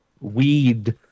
Weed